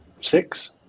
Six